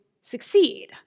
succeed